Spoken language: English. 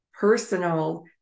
personal